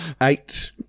eight